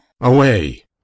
Away